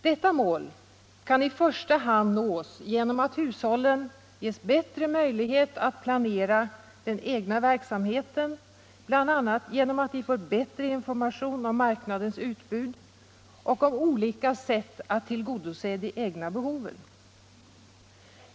Detta mål kan i första hand nås genom att hushållen ges bättre möjlighet att planera den egna verksamheten, bl.a. genom att de får bättre information om marknadens utbud och om olika sätt att tillgodose de egna behoven.